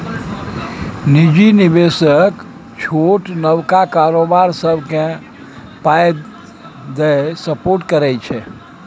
निजी निबेशक छोट नबका कारोबार सबकेँ पाइ दए सपोर्ट करै छै